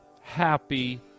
happy